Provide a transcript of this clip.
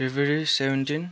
February seventeen